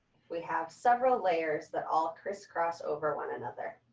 we have several layers that all crisscross over one another.